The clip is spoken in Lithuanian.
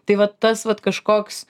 tai vat tas vat kažkoks